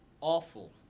awful